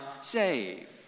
save